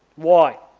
why?